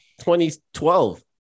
2012